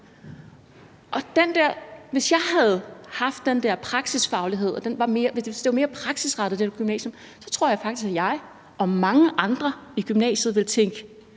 Hvis jeg havde haft den der praksisfaglighed og det var mere praksisrettet med det gymnasium, tror jeg faktisk at jeg og mange andre i gymnasiet ville tænke: